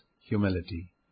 humility